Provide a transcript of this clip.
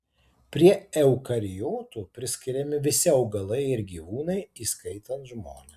prie eukariotų priskiriami visi augalai ir gyvūnai įskaitant žmones